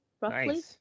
roughly